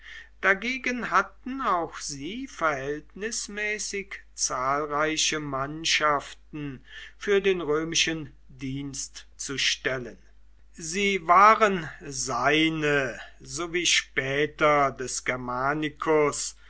dagegen hatten auch sie verhältnismäßig zahlreiche mannschaften für den römischen dienst zu stellen sie waren seine so wie später des germanicus